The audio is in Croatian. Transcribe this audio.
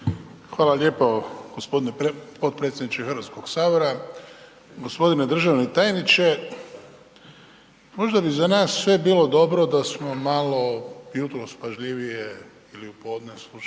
Hvala lijepa. Gospodine potpredsjedniče HS-a, gospodine državni tajniče. Možda bi za nas sve bilo dobro da smo malo jutros pažljivije ili u podne slušali